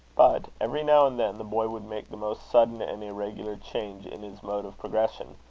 but, every now and then, the boy would make the most sudden and irregular change in his mode of progression,